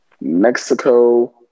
Mexico